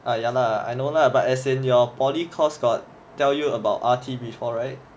ah ya lah I know lah but as in your poly course got tell you about R_T before right